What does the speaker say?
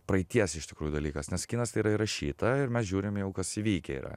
praeities iš tikrųjų dalykas nes kinas tai yra įrašyta ir mes žiūrim jau kas įvykę yra